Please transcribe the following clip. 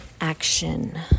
action